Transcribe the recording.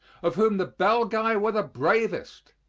of whom the belgae were the bravest.